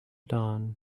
dawn